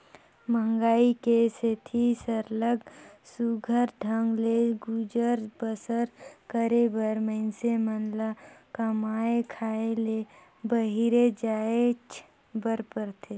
मंहगई के सेती सरलग सुग्घर ढंग ले गुजर बसर करे बर मइनसे मन ल कमाए खाए ले बाहिरे जाएच बर परथे